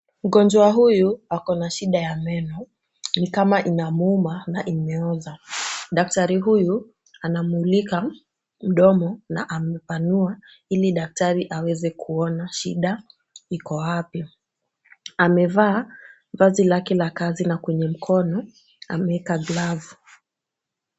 Mgonjwa huyu ako na shida ya meno. Ni kama inamuuma na imeoza. Daktari huyu anamulika mdomo na amepanua ili daktari aweze kuona shida iko wapi. Amevaa vazi lake la kazi na kwenye mkono ameeka glavu.